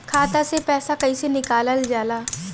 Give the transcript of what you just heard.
खाता से पैसा कइसे निकालल जाला?